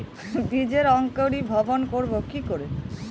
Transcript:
বীজের অঙ্কোরি ভবন করব কিকরে?